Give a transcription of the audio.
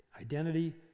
Identity